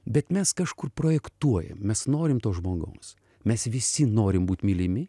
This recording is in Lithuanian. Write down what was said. bet mes kažkur projektuojam mes norim to žmogaus mes visi norim būt mylimi